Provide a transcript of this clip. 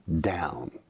down